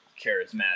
charismatic